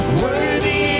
worthy